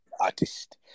artist